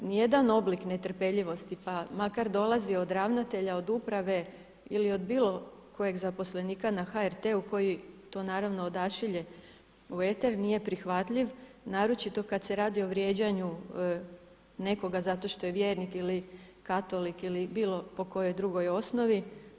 Ni jedan oblik netrpeljivosti, pa makar dolazio od ravnatelja, od uprave ili bilo kojeg zaposlenika na HRT-u koji to naravno odašilje u eter nije prihvatljiv naročito kad se radi o vrijeđanju nekoga zato što je vjernik ili katolik ili bilo po kojoj drugoj osnovi.